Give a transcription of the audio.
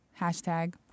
hashtag